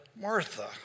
Martha